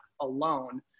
alone